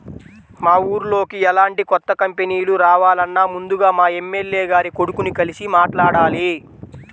మా ఊర్లోకి ఎలాంటి కొత్త కంపెనీలు రావాలన్నా ముందుగా మా ఎమ్మెల్యే గారి కొడుకుని కలిసి మాట్లాడాలి